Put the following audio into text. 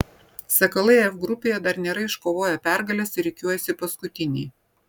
sakalai f grupėje dar nėra iškovoję pergalės ir rikiuojasi paskutiniai